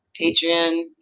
Patreon